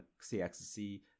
CXC